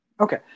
Okay